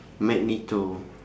magneto